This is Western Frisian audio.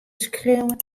skriuwen